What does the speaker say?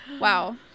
wow